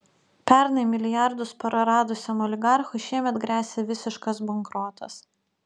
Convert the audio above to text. pernai milijardus praradusiam oligarchui šiemet gresia visiškas bankrotas